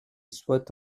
soit